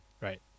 right